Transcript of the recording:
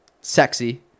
sexy